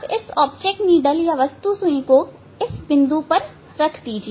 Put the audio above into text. अब इस वस्तु सुई को इस बिंदु पर रख दीजिए